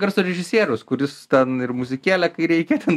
garso režisierius kuris ten ir muzikėlę kai reikia ten